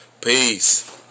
Peace